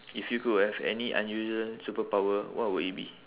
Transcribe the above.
if you could have any unusual superpower what would it be